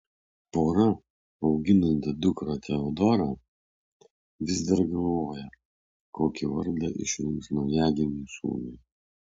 pora auginanti dukrą teodorą vis dar galvoja kokį vardą išrinks naujagimiui sūnui